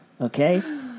Okay